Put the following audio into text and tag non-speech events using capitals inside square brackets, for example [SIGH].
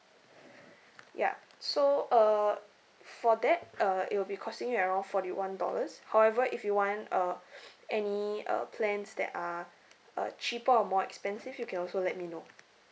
ya so uh for that uh it will be costing you at around forty one dollars however if you want uh [NOISE] any uh plans that are uh cheaper or more expensive you can also let me know